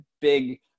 big